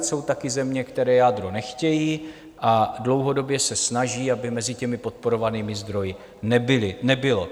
Jsou také země, které jádro nechtějí a dlouhodobě se snaží, aby mezi těmi podporovanými zdroji nebylo.